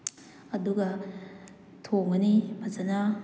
ꯑꯗꯨꯒ ꯊꯣꯡꯉꯅꯤ ꯐꯖꯅ